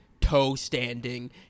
toe-standing